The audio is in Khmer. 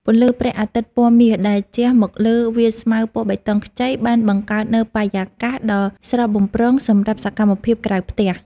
ពន្លឺព្រះអាទិត្យពណ៌មាសដែលជះមកលើវាលស្មៅពណ៌បៃតងខ្ចីបានបង្កើតនូវបរិយាកាសដ៏ស្រស់បំព្រងសម្រាប់សកម្មភាពក្រៅផ្ទះ។